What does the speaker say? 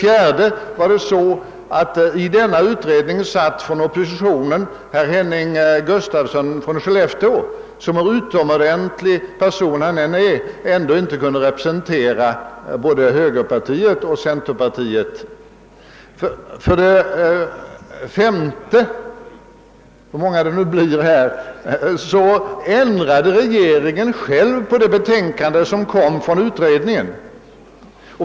nen i denna utredning av herr Gustafsson i Skellefteå som, hur utomordentlig person han än är, inte kunde representera både högerpartiet och centerpartiet förutom sitt eget parti. För det femte ändrade regeringen själv det betänkande som framlades av utredningen.